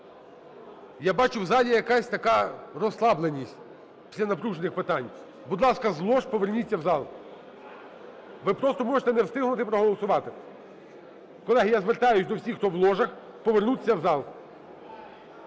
Я бачу, в залі якась така розслабленість після напружених питань. Будь ласка, з лож поверніться в зал. Ви просто можете не встигнути проголосувати. Колеги, я звертаюсь до всіх, хто в ложах, повернутися в зал.